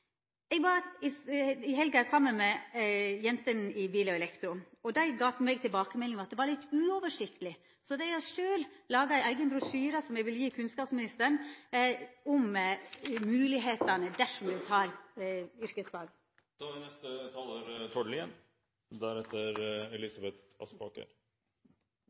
I helga var eg saman med jentene i «Jenter i Bil & Elektro», og dei gav meg tilbakemelding om at det var litt uoversiktleg, så dei har sjølve laga ein eigen brosjyre som eg vil gje til kunnskapsministeren, om alternativa dersom